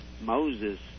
moses